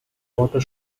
water